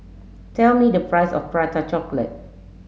tell me the price of Prata Chocolate